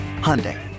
Hyundai